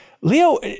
Leo